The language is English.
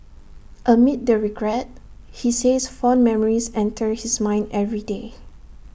amid the regret he says fond memories enter his mind every day